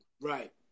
right